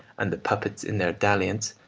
and the puppets in their dalliance,